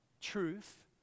truth